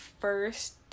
first